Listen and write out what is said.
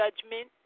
judgment